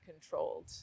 controlled